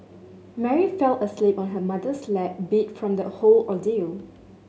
Mary fell asleep on her mother's lap beat from the whole ordeal